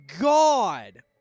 God